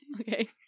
Okay